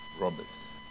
robbers